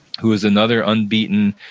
who was another unbeaten,